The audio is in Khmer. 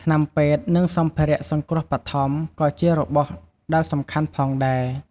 ថ្នាំពេទ្យ និងសម្ភារៈសង្គ្រោះបឋម ក៏ជារបស់ដែលសំខាន់ផងដែរ។